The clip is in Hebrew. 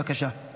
בבקשה.